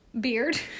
Beard